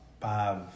five